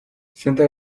siente